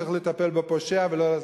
צריך לטפל בפושע ולא.